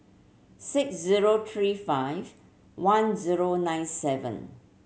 six zero three five one zero nine seven